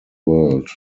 world